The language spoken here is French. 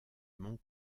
monts